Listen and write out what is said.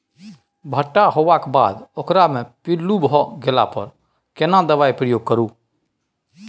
भूट्टा होबाक बाद ओकरा मे पील्लू भ गेला पर केना दबाई प्रयोग करू?